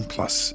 Plus